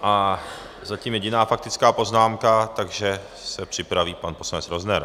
A zatím jediná faktická poznámka, takže se připraví pan poslanec Rozner.